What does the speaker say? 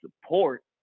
support